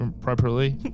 Properly